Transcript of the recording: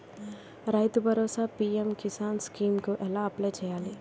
రైతు భరోసా PM Kisan scheme కు ఎలా అప్లయ్ చేయాలి?